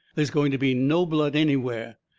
there's going to be no blood anywhere.